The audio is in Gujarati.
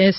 એસ